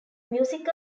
music